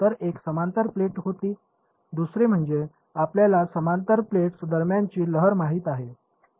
तर एक समांतर प्लेट होती दुसरे म्हणजे आपल्याला समांतर प्लेट्स दरम्यानची लहर माहित आहे